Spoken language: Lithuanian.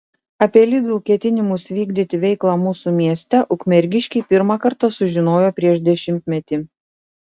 apie lidl ketinimus vykdyti veiklą mūsų mieste ukmergiškiai pirmą kartą sužinojo prieš dešimtmetį